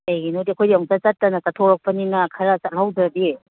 ꯀꯩꯒꯤꯅꯣꯗꯤ ꯑꯩꯈꯣꯏꯗꯤ ꯑꯝꯇ ꯆꯠꯇꯅ ꯆꯠꯊꯣꯔꯛꯄꯅꯤꯅ ꯈꯔ ꯆꯠꯍꯧꯗ꯭ꯔꯥꯗꯤ